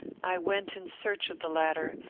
i went in search of the latter,